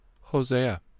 Hosea